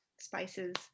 spices